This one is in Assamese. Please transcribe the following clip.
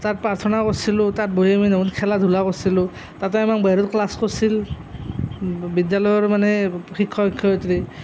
তাত প্ৰাৰ্থনা কৰছিলোঁ তাত বহি আমি খেলা ধূলা কৰছিলোঁ তাতে আমাক বাহিৰত ক্লাছ কৰছিল বিদ্যালয়ৰ মানে শিক্ষক শিক্ষয়িত্ৰী